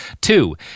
Two